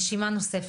נשימה נוספת.